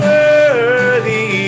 worthy